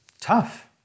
tough